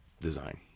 design